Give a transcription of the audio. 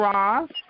Ross